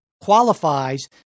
qualifies